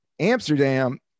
Amsterdam